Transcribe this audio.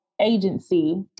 agency